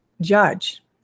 judge